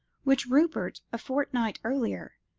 which rupert, a fortnight earlier,